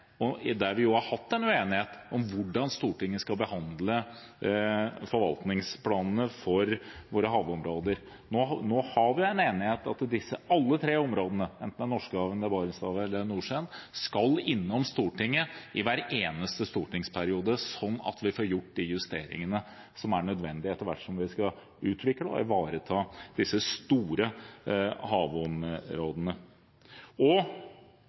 der vi jo har hatt en uenighet, om hvordan Stortinget skal behandle forvaltningsplanene for våre havområder: at alle disse tre områdene, enten det er Norskehavet, Barentshavet eller Nordsjøen, skal innom Stortinget i hver eneste stortingsperiode sånn at vi får gjort de justeringene som er nødvendige etter hvert som vi skal utvikle og ivareta disse store havområdene.